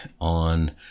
on